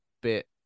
bit